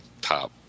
top